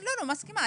אני מסכימה,